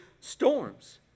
storms